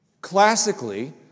Classically